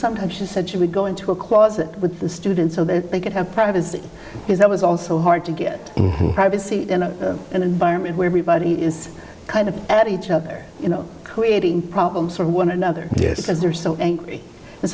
sometimes she said she would go into a closet with the students so that they could have privacy is that was also hard to get privacy and environment where everybody is kind of at each other you know creating problems for one another yes because they're so angry and